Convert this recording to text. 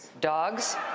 dogs